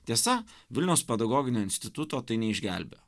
tiesa vilniaus pedagoginio instituto tai neišgelbėjo